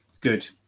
Good